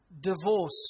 divorce